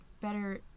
better